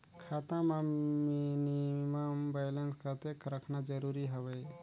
खाता मां minimum balance कतेक रखना जरूरी हवय?